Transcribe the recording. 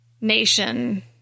nation